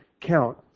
count